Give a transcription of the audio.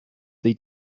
sich